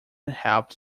helped